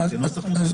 זה נוסח מולם.